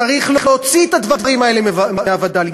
צריך להוציא את הדברים האלה מהווד"לים.